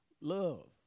love